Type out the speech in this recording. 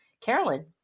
Carolyn